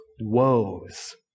woes